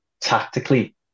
tactically